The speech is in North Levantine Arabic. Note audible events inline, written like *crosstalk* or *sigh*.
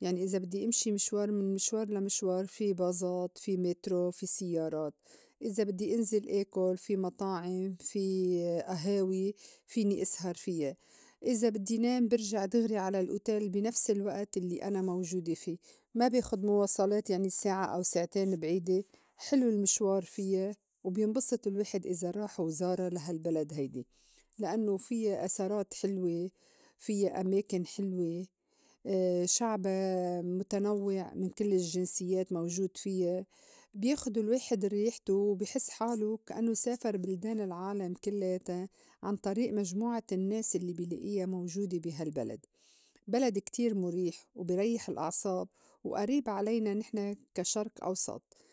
يعني إذا بدّي إمشي مشوار من مشوار لمشوار في بازات، في مترو، في سيّارات. إذا بدّي إنزِل آكُل في مطاعم، في أهاوي فيني أسهر فيّا. إذا بدّي نام برجع دغري على الأوتيل بي نفس الوئت الّي أنا موجودة في ما باخد مواصلات يعني السّاعة أو ساعتين بعيدة حلو المشوار فيّا. *noise* وبينبسط الواحد إذا راح وزارا لا هالبلد هيدي لإنّو فيّا آثارات حلوى، فيّا أماكن حلوى. *hesitation* شعبا مُتنوّع من كل الجنسيّات موجود فيا بياخُد الواحد رياحته *noise* وبي حس حالو كأنو سافر بلدان العالم كلّياتا عن طريئ مجموعة النّاس الّي بي لائيا موجودة بي هالبلد. بلد كتير مُريح وبي ريّح الأعصاب وئريب علينا نحن كشرق أوسط.